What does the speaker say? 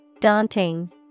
Daunting